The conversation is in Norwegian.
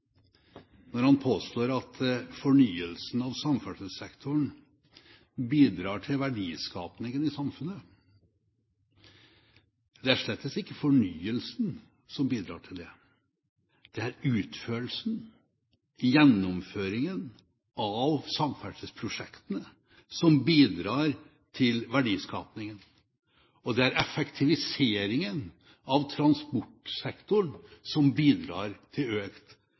når han påstår at fornyelse av samferdselssektoren bidrar til verdiskapingen i samfunnet. Det er slett ikke fornyelse som bidrar til det. Det er utførelsen, gjennomføringen av samferdselsprosjektene, som bidrar til verdiskapingen, og det er effektiviseringen av transportsektoren som bidrar til økt